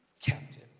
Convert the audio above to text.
captive